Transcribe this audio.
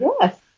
Yes